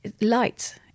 light